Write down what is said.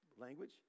language